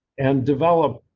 and develop